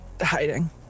hiding